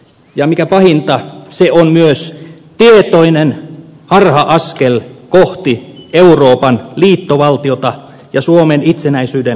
ja mikä pahinta se on myös tietoinen harha askel kohti euroopan liittovaltiota ja suomen itsenäisyyden loppua